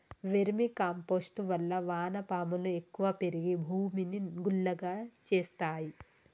vermi compost వల్ల వాన పాములు ఎక్కువ పెరిగి భూమిని గుల్లగా చేస్తాయి